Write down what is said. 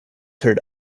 heard